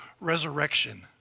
resurrection